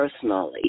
personally